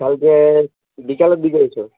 কালকে বিকেলের দিকে এস